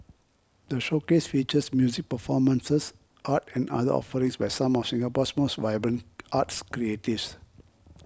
the showcase features music performances art and other offerings by some of Singapore's most vibrant arts creatives